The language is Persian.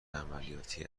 عملیاتی